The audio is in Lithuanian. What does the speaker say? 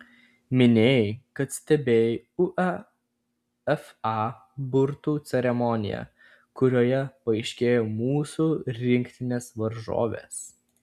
minėjai kad stebėjai uefa burtų ceremoniją kurioje paaiškėjo mūsų rinktinės varžovės